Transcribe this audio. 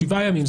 שבעה ימים.